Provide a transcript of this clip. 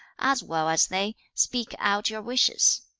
as well as they, speak out your wishes